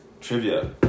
trivia